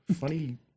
Funny